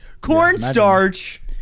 Cornstarch